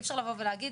אי אפשר לבוא ולהגיד